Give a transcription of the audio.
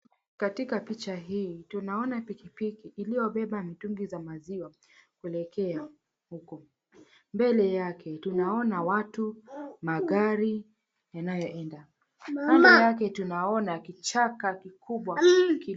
Katika picha hii tunaona pikipiki iliyobeba mitungi za maziwa kuelekea huko. Mbele yake tunaona watu, magari yanayoenda. Nyuma yake tunaona kichaka kikubwa.